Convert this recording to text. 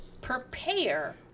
prepare